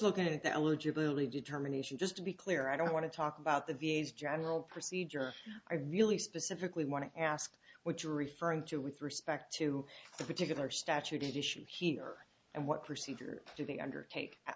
looking at the eligibility determination just to be clear i don't want to talk about the v a s general procedure i really specifically want to ask what you're referring to with respect to the particular statute issue here and what procedures to the undertake i